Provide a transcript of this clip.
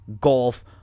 golf